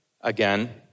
again